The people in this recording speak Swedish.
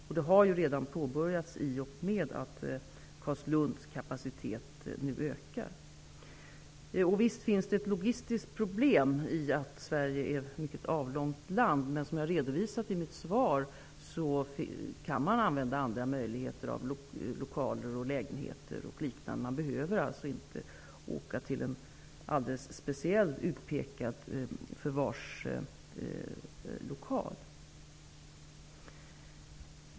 Arbetet har redan påbörjats i och med att Carlslunds kapacitet nu ökar. Visst finns det ett logistiskt problem i att Sverige är ett mycket avlångt land. Men som jag redovisat i mitt svar kan man använda andra lokaler -- lägenheter och liknande. Man behöver alltså inte åka till en alldeles speciell utpekad förvarslokal.